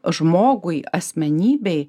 žmogui asmenybei